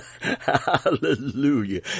Hallelujah